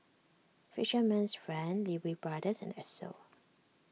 Fisherman's Friend Lee Wee Brothers and Esso